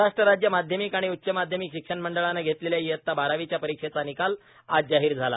महाराष्ट्र राज्य माध्यमिक आणि उच्च माध्यमिक शिक्षण मंडळानं घेतलेल्या इयता बारावीच्या परीक्षेचा निकाल आज जाहीर झाला